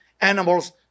animals